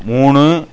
மூணு